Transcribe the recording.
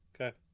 Okay